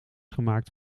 gemaakt